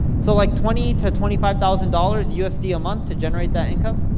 so like twenty to twenty five thousand dollars usd a month, to generate that income.